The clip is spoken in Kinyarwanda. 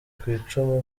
kwicumu